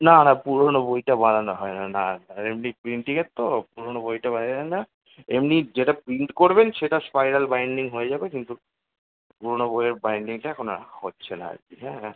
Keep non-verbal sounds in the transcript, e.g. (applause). না না পুরোনো বইটা বাঁধানো হয় না না না এমনি প্রিন্টিংয়ের তো পুরোনো বইটা (unintelligible) যায় না এমনি যেটা প্রিন্ট করবেন সেটা স্পাইরাল বাইন্ডিং হয়ে যাবে কিন্তু পুরোনো বইয়ের বাইন্ডিংটা এখন আর হচ্ছে না আর কি হ্যাঁ